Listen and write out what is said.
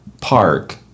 park